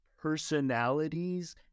personalities